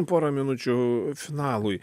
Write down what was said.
pora minučių finalui